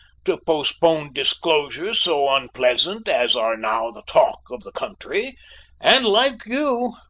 to postpone disclosures so unpleasant as are now the talk of the country and like you,